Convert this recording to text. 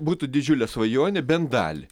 būtų didžiulė svajonė bent dalį